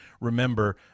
remember